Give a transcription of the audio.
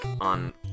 on